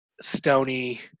stony